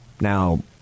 Now